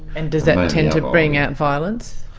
and does that tend to bring out violence